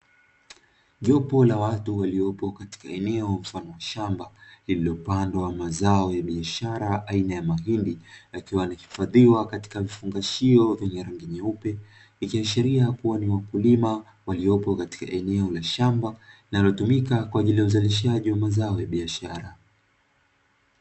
Jopo la watu waliopo katika eneo mfano wa shamba lililopandwa mazao ya biashara aina ya mahindi, yakiwa yanahifadhiwa katika vifungashio vyenye rangi nyeupe, ikiashiria kuwa ni wakulima waliopo katika eneo la shamba linalotumika kwa ajili ya uzalishaji wa mazao ya biashara.